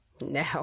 No